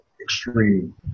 extreme